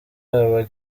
aba